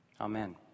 Amen